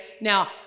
Now